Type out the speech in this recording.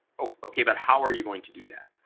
okay, but how are you going to do that?